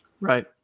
Right